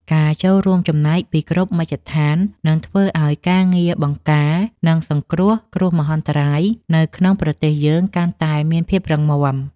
ការចូលរួមចំណែកពីគ្រប់មជ្ឈដ្ឋាននឹងធ្វើឱ្យការងារបង្ការ និងសង្គ្រោះគ្រោះមហន្តរាយនៅក្នុងប្រទេសយើងកាន់តែមានភាពរឹងមាំ។